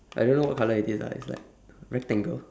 I don't what colour is this lah it's like rectangle